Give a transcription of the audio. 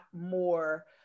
more